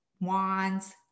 wands